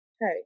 hey